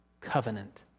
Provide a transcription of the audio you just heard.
covenant